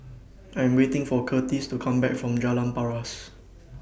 I Am waiting For Curtiss to Come Back from Jalan Paras